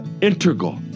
integral